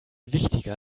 wichtiger